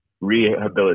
rehabilitate